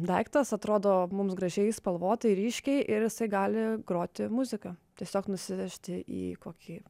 daiktas atrodo mums gražiai spalvotai ryškiai ir jisai gali groti muziką tiesiog nusivežti į kokį